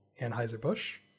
Anheuser-Busch